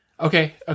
Okay